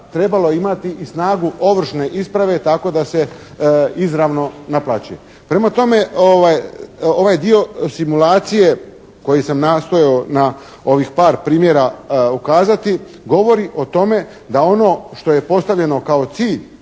trebalo imati i snagu ovršne isprave tako da se izravno naplaćuje. Prema tome ovaj dio simulacije koji sam nastojao na ovih par primjera ukazati, govori o tome da ono što je postavljeno kao cilj,